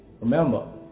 Remember